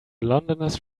londoners